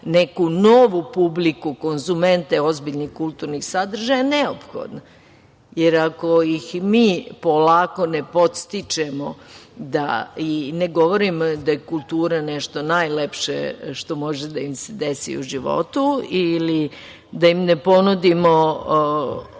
neku novu publiku, konzumente, ozbiljnih kulturnih sadržaja neophodno, jer ako ih im polako ne podstičemo, i ne govorim da je kultura nešto najlepše što može da im se desi u životu, ili da im ne ponudimo